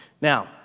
Now